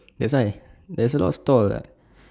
that's why there is a lot of store [what]